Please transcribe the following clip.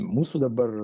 mūsų dabar